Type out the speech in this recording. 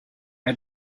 had